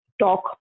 talk